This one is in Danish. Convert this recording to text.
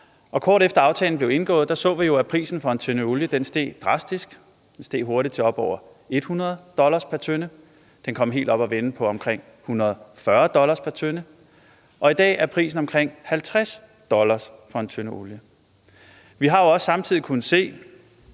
Kort efter aftalen blev indgået, så vi jo, at prisen på en tønde olie steg drastisk. Den steg hurtigt til op over 100 dollars pr. tønde. Det kom helt op at vende på omkring 140 dollars pr. tønde. Og i dag er prisen omkring 50 dollar for en tønde olie. Vi har også samtidig kunnet se